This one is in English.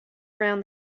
around